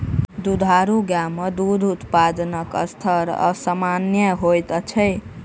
दुधारू गाय मे दूध उत्पादनक स्तर असामन्य होइत अछि